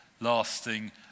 Lasting